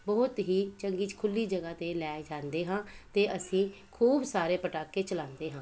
ਬਹੁਤ ਹੀ ਚੰਗੀ 'ਚ ਖੁੱਲ੍ਹੀ ਜਗ੍ਹਾ 'ਤੇ ਲੈ ਜਾਂਦੇ ਹਾਂ ਅਤੇ ਅਸੀਂ ਖੂਬ ਸਾਰੇ ਪਟਾਕੇ ਚਲਾਉਂਦੇ ਹਾਂ